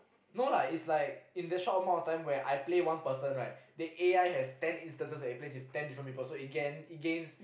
no lah is like in that same amount of time when I play one person right the A_I has ten instances that it play with ten different people so it gain it gains